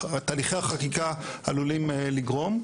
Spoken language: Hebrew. שתהליכי החקיקה עלולים לגרום,